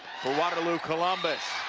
for waterloo columbus,